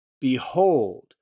behold